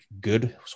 good